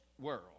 world